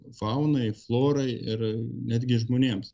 faunai florai ir netgi žmonėms